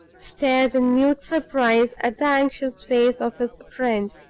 stared in mute surprise at the anxious face of his friend,